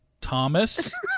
Thomas